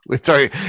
Sorry